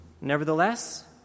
Nevertheless